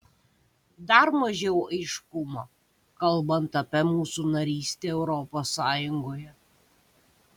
dar mažiau aiškumo kalbant apie mūsų narystę europos sąjungoje